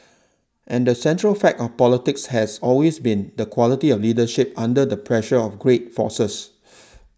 and the central fact of politics has always been the quality of leadership under the pressure of great forces